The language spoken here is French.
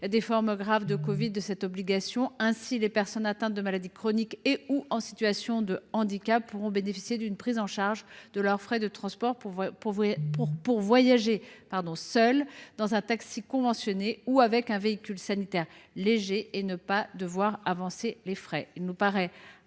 des formes graves de covid 19 en soient exemptées. Ainsi, les personnes atteintes de maladies chroniques et/ou en situation de handicap pourront bénéficier d’une prise en charge de leur transport afin de voyager seules dans un taxi conventionné ou dans un véhicule sanitaire, sans devoir avancer de frais. Il nous paraît